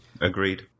Agreed